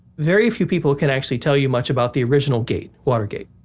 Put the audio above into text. very few people can actually tell you much about the original gate, watergate